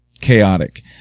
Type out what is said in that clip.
chaotic